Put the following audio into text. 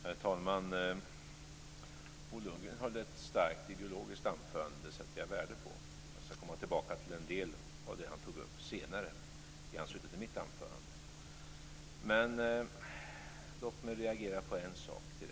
Herr talman! Bo Lundgren höll ett starkt ideologiskt anförande. Det sätter jag värde på. Jag ska komma tillbaka till en del av det som han tog upp senare i mitt anförande. Men låt mig reagera på en sak direkt.